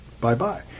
Bye-bye